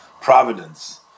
Providence